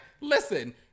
Listen